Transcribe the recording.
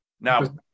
Now